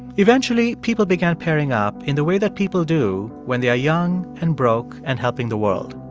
eventually, people began pairing up in the way that people do when they are young, and broke and helping the world.